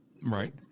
right